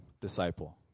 disciple